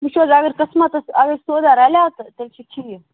وٕچھو حظ اگر قٕسمَتَس اگر سۄداہ رَلیو تہٕ تیٚلہِ چھُ ٹھیٖک